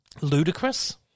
Ludicrous